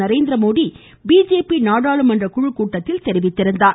Narendra Modi BJP நாடாளுமன்ற குழு கூட்டத்தில் தெரிவித்திருந்தார்